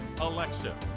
Alexa